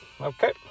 okay